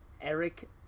Eric